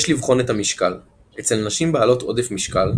יש לבחון את המשקל - אצל נשים בעלות עודף משקל,